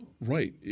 right